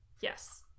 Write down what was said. Yes